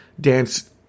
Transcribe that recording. Dance